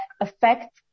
affect